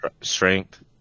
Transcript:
Strength